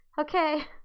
Okay